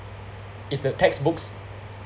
is the textbooks